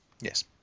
Yes